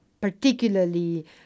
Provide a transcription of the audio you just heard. particularly